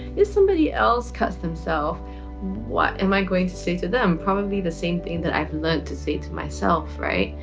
if somebody else cuts themself what am i going to say to them, probably the same thing that i've learned to say to myself right,